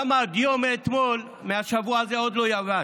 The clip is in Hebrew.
על מה הדיו מאתמול, מהשבוע הזה, עוד לא יבש?